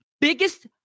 biggest